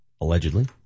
allegedly